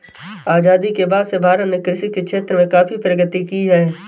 आजादी के बाद से भारत ने कृषि के क्षेत्र में काफी प्रगति की है